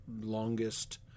longest